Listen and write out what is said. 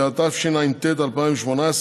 התשע"ט 2018,